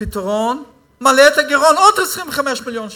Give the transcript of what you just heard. פתרון מעלה את הגירעון בעוד 25 מיליון שקל,